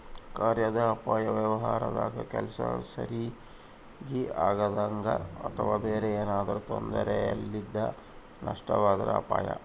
ಕಾರ್ಯಾದ ಅಪಾಯ ವ್ಯವಹಾರದಾಗ ಕೆಲ್ಸ ಸರಿಗಿ ಆಗದಂಗ ಅಥವಾ ಬೇರೆ ಏನಾರಾ ತೊಂದರೆಲಿಂದ ನಷ್ಟವಾದ್ರ ಅಪಾಯ